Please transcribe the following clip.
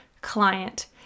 client